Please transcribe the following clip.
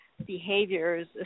behaviors